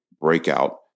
breakout